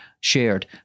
shared